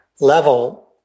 level